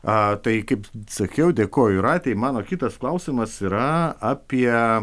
a tai kaip sakiau dėkoju jūratei mano kitas klausimas yra apie